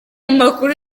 amakuru